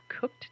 cooked